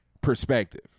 perspective